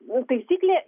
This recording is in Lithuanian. nu taisyklė